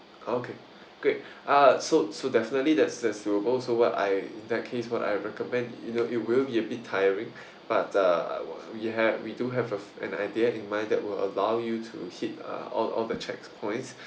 okay great uh so so definitely that's that's doable so what I in that case what I recommend you know it will be a bit tiring but uh we have we do have an idea in mind that will allow you to hit uh all all the checks points